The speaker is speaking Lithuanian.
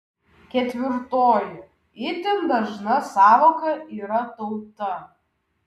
ketvirtoji itin dažna sąvoka yra tauta